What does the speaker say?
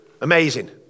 Amazing